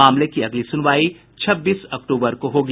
मामले की अगली सुनवाई छब्बीस अक्टूबर को होगी